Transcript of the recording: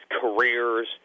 careers